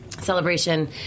celebration